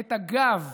את הגב